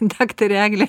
daktarė eglė